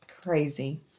Crazy